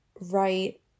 right